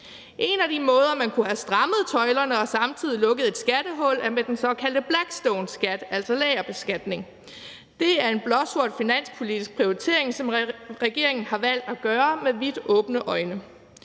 En af de måder, man kunne have strammet tøjlerne og samtidig lukket et skattehul på, er med den såkaldte Blackstoneskat, altså lagerbeskatning. Det er en blåsort finanspolitisk prioritering, som regeringen har valgt at gøre med vidt åbne øjne,